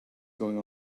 going